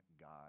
God